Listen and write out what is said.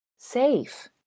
safe